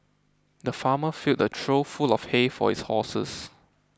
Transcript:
the farmer filled a trough full of hay for his horses